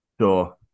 Sure